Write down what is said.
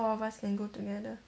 four of us can go together